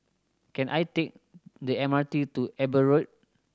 can I take the M R T to Eber Road